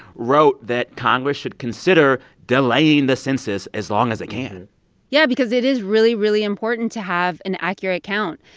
wrote that congress should consider delaying the census as long as it can yeah, because it is really, really important to have an accurate count.